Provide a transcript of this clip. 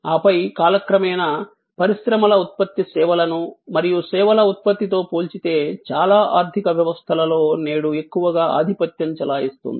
ఆపై కాలక్రమేణా పరిశ్రమల ఉత్పత్తి సేవలను మరియు సేవల ఉత్పత్తితో పోల్చితే చాలా ఆర్థిక వ్యవస్థలలో నేడు ఎక్కువగా ఆధిపత్యం చెలాయిస్తుంది